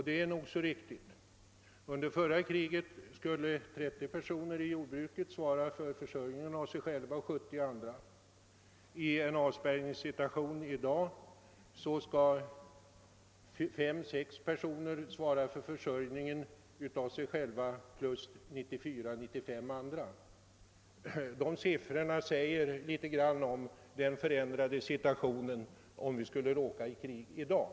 Det är nog så riktigt: under förra kriget skulle 30 personer i jordbruket svara för försörjningen av sig själva och 70 andra, medan i en avspärrningssituation i dag 5—6 personer svarar för försörjningen av sig själva plus 94—95 andra. De siffrorna säger litet om den förändrade situationen, om vi skulle råka i krig i dag.